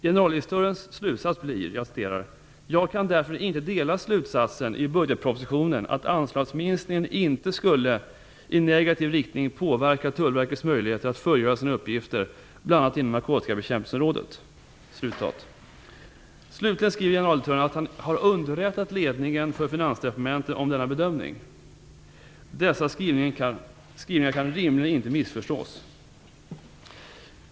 Generaldirektörens slutsats blir att han inte kan dela slutsatsen i budgetpropositionen att anslagsminskningen inte skulle i negativ riktning påverka Tullverkets möjligheter att fullgöra sina uppgifter bl.a. inom narkotikabekämpningsområdet. Slutligen skriver generaldirektören att han har underrättat ledningen för Finansdepartementet om denna bedömning. Dessa skrivningar kan rimligen inte missförstås.